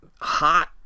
hot